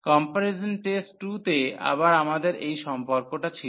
comparison test 2 তে আবার আমাদের এই সম্পর্কটা ছিল